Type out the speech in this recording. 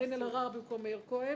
קארין אלהרר במקום מאיר כהן.